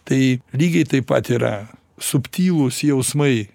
tai lygiai taip pat yra subtilūs jausmai